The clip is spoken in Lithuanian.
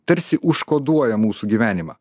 tarsi užkoduoja mūsų gyvenimą